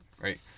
Right